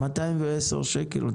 210 שקל.